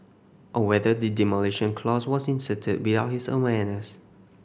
or whether the demolition clause was inserted without his awareness